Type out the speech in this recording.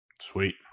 Sweet